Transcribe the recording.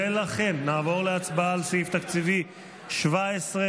ולכן נעבור להצבעה על סעיף תקציבי 17,